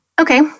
Okay